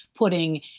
putting